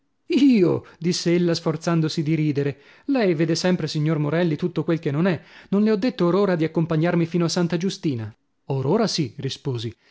me io diss'ella sforzandosi di ridere lei vede sempre signor morelli tutto quel che non è non le ho detto or ora di accompagnarmi fino a santa giustina or ora sì risposi